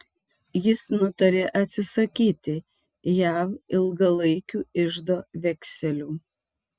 jis nutarė atsisakyti jav ilgalaikių iždo vekselių